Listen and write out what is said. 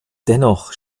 dennoch